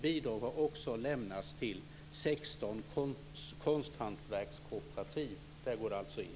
Bidrag har också lämnats till 16 Där går det alltså in.